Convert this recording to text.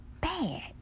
bad